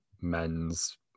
men's